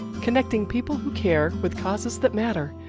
connecting people who care with causes that matter,